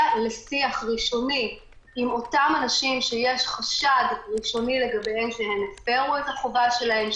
לשיח ראשוני עם אותם אנשים שיש חשד ראשוני לגביהם שהם הפרו את החובה שלהם,